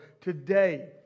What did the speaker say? today